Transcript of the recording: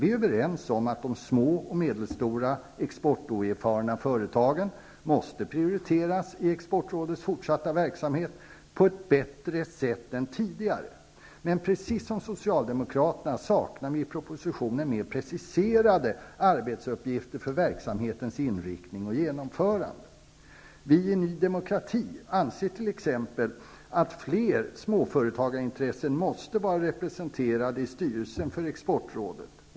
Vi är överens om att de små och medelstora exportoerfarna företagen måste prioriteras i exportrådets fortsatta verksamhet på ett bättre sätt än tidigare. Men precis som Socialdemokraterna saknar vi i propositionen mer preciserade arbetsuppgifter för verksamhetens inriktning och genomförande. Vi i Ny demokrati anser t.ex. att fler småföretagarintressen måste vara representerade i styrelsen för exportrådet.